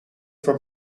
from